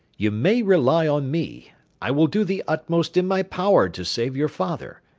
you may rely on me i will do the utmost in my power to save your father,